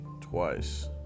twice